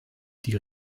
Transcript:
die